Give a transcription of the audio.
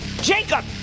Jacob